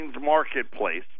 marketplace